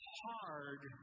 hard